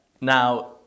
Now